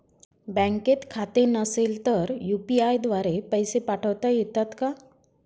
बँकेत खाते नसेल तर यू.पी.आय द्वारे पैसे पाठवता येतात का?